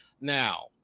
Now